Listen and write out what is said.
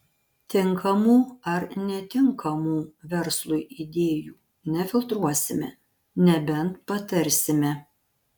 tinkamų ar netinkamų verslui idėjų nefiltruosime nebent patarsime